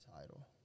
title